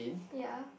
ya